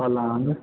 पलङ्ग